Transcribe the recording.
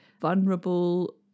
vulnerable